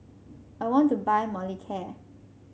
I want to buy Molicare